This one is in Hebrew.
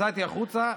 יצאתי החוצה,